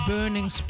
Burning